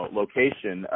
location